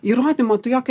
įrodymo tu jokio